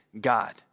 God